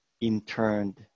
interned